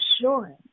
assurance